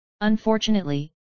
Unfortunately